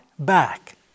Back